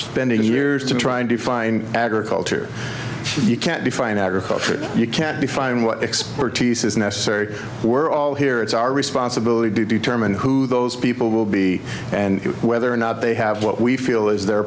spending years to try and define agriculture you can't define agriculture you can't define what expertise is necessary we're all here it's our responsibility to determine who those people will be and whether or not they have what we feel is their